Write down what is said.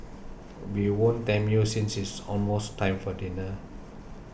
we won't tempt you since it's almost time for dinner